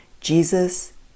Jesus